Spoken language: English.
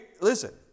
listen